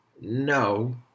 No